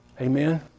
Amen